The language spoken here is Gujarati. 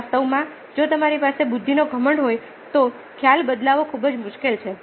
વાસ્તવમાં જો તમારી પાસે બુદ્ધિનો ઘમંડ હોય તો ખ્યાલ બદલવો ખૂબ મુશ્કેલ છે